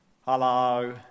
Hello